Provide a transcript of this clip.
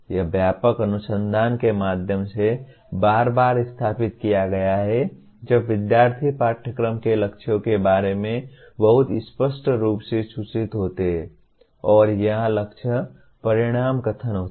यह व्यापक अनुसंधान के माध्यम से बार बार स्थापित किया गया है जब विध्यार्थी पाठ्यक्रम के लक्ष्यों के बारे में बहुत स्पष्ट रूप से सूचित होते हैं और यहां लक्ष्य परिणाम कथन होते हैं